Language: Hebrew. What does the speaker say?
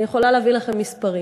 אני יכולה להביא לכם מספרים,